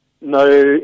no